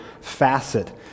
facet